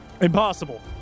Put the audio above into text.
Impossible